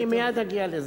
אני מייד אגיע לזה,